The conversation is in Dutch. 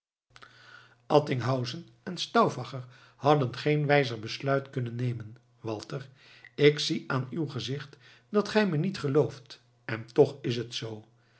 attinghausen en stauffacher hadden geen wijzer besluit kunnen nemen walter ik zie aan uw gezicht dat gij me niet gelooft en toch is het zoo